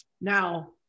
now